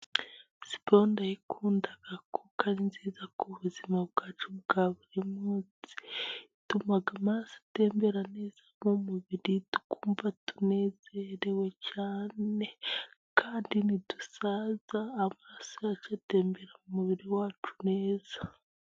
Siporo ndayikunda kuko ari nziza ku buzima bwacu bwa buri munsi, ituma amaraso atembera neza mu mubiri tukumva tunezerewe cyane, kandi ntidusaza amaraso atembera umubiri wacu neza.